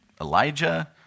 Elijah